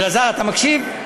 אלעזר, אתה מקשיב?